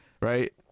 right